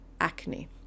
acne